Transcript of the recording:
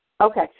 Okay